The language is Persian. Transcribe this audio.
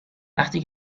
وقتی